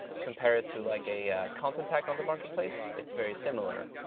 compared to like a content pack on the marketplace, it's very similar.